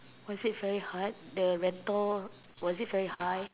was it very hard the rental was it very high